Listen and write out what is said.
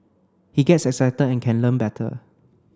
he gets excited and can learn better